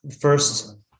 first